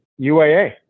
UAA